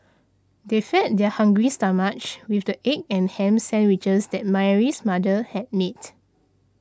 they fed their hungry stomachs with the egg and ham sandwiches that Mary's mother had made